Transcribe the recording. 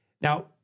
Now